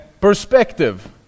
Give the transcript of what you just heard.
Perspective